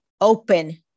open